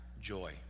joy